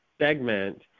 segment